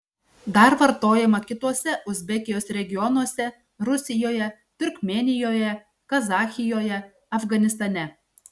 dar vartojama kituose uzbekijos regionuose rusijoje turkmėnijoje kazachijoje afganistane